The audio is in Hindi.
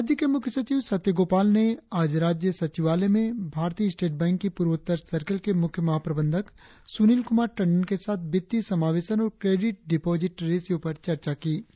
राज्य के मुख्य सचिव सत्य गोपाल ने आज राज्य सचिवालय में भारतीय स्टेट बैंक की पूर्वोत्तर सर्किल के मुख्य महाप्रबंधक सुनील कुमार टंडन के साथ वित्तीय समावेशन और क्रेडिट डिपॉजिट रेसियो पर चर्चा हुई